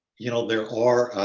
you know, there are